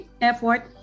effort